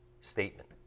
statement